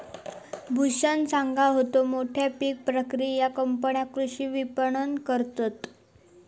भूषण सांगा होतो, मोठ्या पीक प्रक्रिया कंपन्या कृषी विपणन करतत